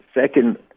Second